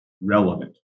relevant